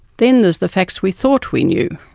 then there's the facts we thought we knew.